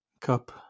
cup